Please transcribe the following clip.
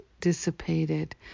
dissipated